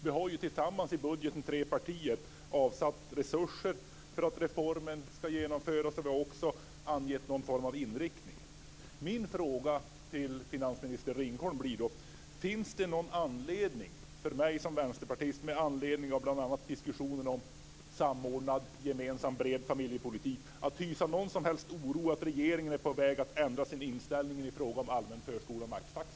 Vi har ju tillsammans i budgeten, tre partier, avsatt resurser för att reformen ska genomföras. Vi har också angett någon form av inriktning. Min fråga till finansminister Ringholm blir då: Finns det någon anledning för mig som vänsterpartist att med anledning av bl.a. diskussionen om samordnad, gemensam och bred familjepolitik hysa någon som helst oro för att regeringen är på väg att ändra sin inställning i fråga om allmän förskola och maxtaxa?